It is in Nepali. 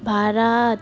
भारत